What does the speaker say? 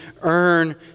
earn